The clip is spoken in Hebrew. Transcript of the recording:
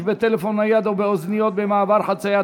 בטלפון נייד או באוזניות במעבר חציה),